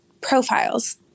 profiles